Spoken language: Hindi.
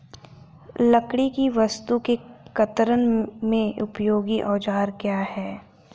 लकड़ी की वस्तु के कर्तन में उपयोगी औजार क्या हैं?